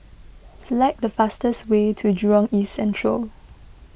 select the fastest way to Jurong East Central